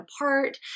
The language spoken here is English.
apart